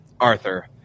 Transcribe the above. Arthur